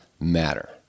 matter